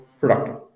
productive